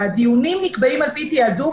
הדיונים נקבעים על פי תעדוף,